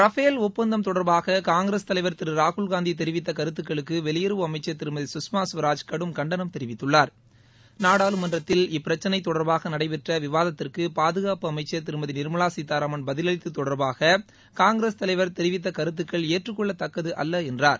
Rafale ஒப்பந்தம் தொடர்பாக காங்கிரஸ் தலைவர் திரு ராகுல் காந்தி தெரிவித்த கருத்துகளுக்கு வெளியுறவு அமைச்சர் திருமதி சுஷ்மா சுவராஜ் கடும் கண்டனம் தெரிவித்துள்ளார் நாடாளுமன்றத்தில் இப்பிரச்சினை தொடர்பாக நடைபெற்ற விவாதத்திற்கு பாதுகாப்பு அமைச்சர் திருமதி நிர்மலா கீத்தாராமன் பதிலளித்து தொடர்பாக காங்கிரஸ் தலைவர் தெரிவித்த கருத்துக்கள் ஏற்றுக் கொள்ளத்தக்கது அல்ல என்றார்